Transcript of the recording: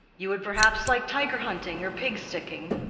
you would perhaps like tiger-hunting or pig-sticking.